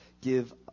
give